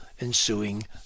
ensuing